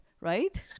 right